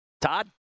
Todd